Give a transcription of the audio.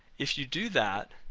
if you do that,